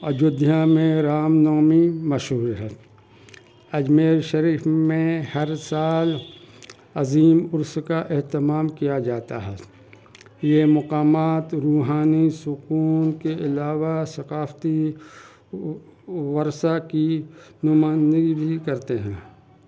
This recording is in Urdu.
ایودھیا میں رام نومی مشہور ہے اجمیر شریف میں ہر سال عظیم عرس کا اہتمام کیا جاتا ہے یہ مقامات روحانی سکون کے علاوہ ثقافتی ورثہ کی نمائندگی بھی کرتے ہیں